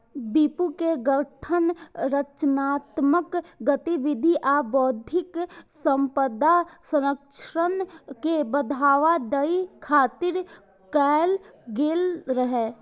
विपो के गठन रचनात्मक गतिविधि आ बौद्धिक संपदा संरक्षण के बढ़ावा दै खातिर कैल गेल रहै